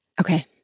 Okay